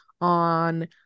on